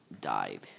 died